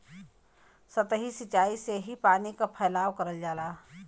सतही सिचाई से ही पानी क फैलाव करल जाला